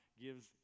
gives